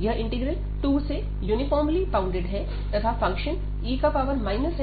यह इंटीग्रल 2 से uniformly bounded है तथा फंक्शन e